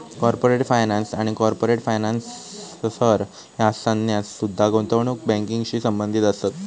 corporate finance आणि corporate financer ह्या संज्ञा सुद्धा गुंतवणूक बँकिंगशी संबंधित असत